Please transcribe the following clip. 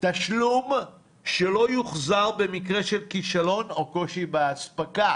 תשלום שלא יוחזר במקרה של כישלון או קושי בהספקה.